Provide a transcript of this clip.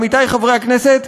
עמיתי חברי הכנסת,